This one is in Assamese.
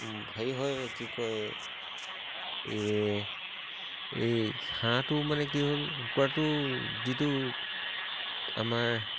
হেৰি হয় কি কয় এই এই হাঁহটো মানে কি হ'ল কুকুৰাটো যিটো আমাৰ